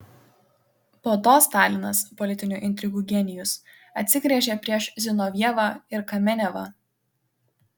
po to stalinas politinių intrigų genijus atsigręžė prieš zinovjevą ir kamenevą